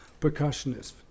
percussionist